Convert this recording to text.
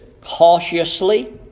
cautiously